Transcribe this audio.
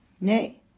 Nay